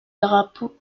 drapeau